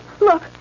Look